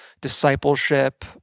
discipleship